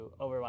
Overwatch